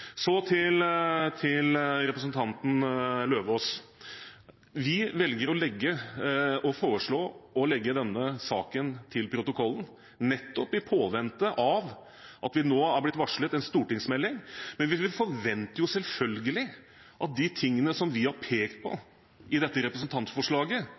Så til representanten Eidem Løvaas: Vi velger å foreslå å vedlegge denne saken protokollen, nettopp i påvente av at det nå har blitt varslet en stortingsmelding. Men vi forventer selvfølgelig at de tingene som vi har pekt på i dette representantforslaget,